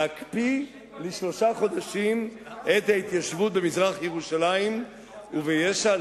להקפיא לשלושה חודשים את ההתיישבות במזרח-ירושלים וביש"ע.